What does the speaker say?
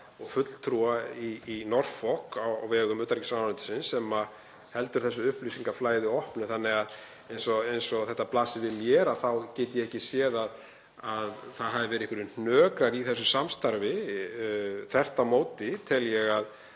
og fulltrúa í Norfolk á vegum utanríkisráðuneytisins sem heldur þessu upplýsingaflæði opnu þannig eins og þetta blasir við mér þá get ég ekki séð að það hafi verið einhverjir hnökrar í þessu samstarfi. Þvert á móti tel ég að